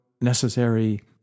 necessary